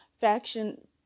faction